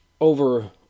over